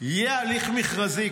יהיה הליך מכרזי,